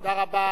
תודה רבה.